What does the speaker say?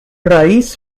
raíz